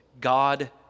God